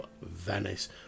Venice